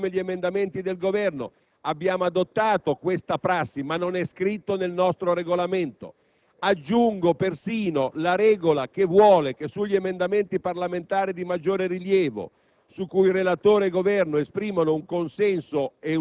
siano corredati da relazione tecnica esattamente come gli emendamenti del Governo (abbiamo adottato questa prassi ma non è scritto nel Regolamento); aggiungo persino la regola che vuole che sugli emendamenti parlamentari di maggiore rilievo,